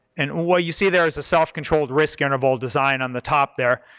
and what you see there is a self-controlled risk interval design on the top there,